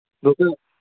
doctor